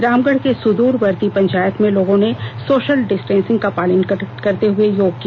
रामगढ़ के सुदूरवर्ती पंचायत में लोगों ने सोशल डिस्टेंसिंग का पालन करते हुए योग किया